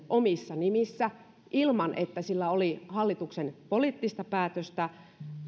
omissa nimissä ilman että siitä oli hallituksen poliittista päätöstä